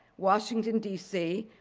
washington dc,